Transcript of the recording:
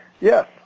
Yes